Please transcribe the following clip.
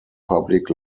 public